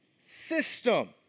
system